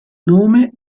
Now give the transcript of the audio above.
nome